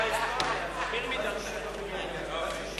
הצעת חוק הגנה על הציבור מפני עברייני מין (תיקון,